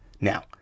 Now